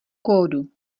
kódu